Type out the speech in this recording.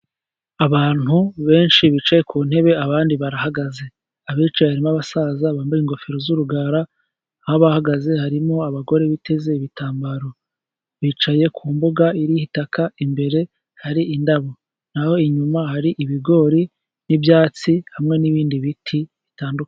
Abantu benshi bicaye ku ntebe abandi barahagaze abicaye harimo abasaza bambaye ingofero z'urugara aho abahagaze harimo abagore biteze ibitambaro. Bicaye ku mbuga iriho itaka imbere hari indabo naho inyuma hari ibigori n'ibyatsi hamwe n'ibindi biti bitandukanye.